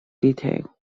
detail